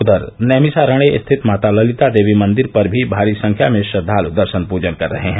उधर नैमिशारण्य स्थित माता ललिता देवी मंदिर पर भी भारी संख्या में श्रद्धाल दर्षन पूजन कर रहे हैं